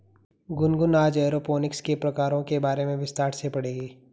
गुनगुन आज एरोपोनिक्स के प्रकारों के बारे में विस्तार से पढ़ेगी